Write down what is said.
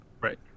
Right